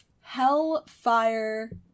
Hellfire